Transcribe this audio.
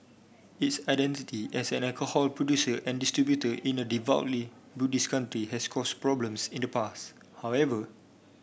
its identity as an alcohol producer and distributor in a devoutly Buddhist country has caused problems in the past however